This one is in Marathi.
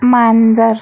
मांजर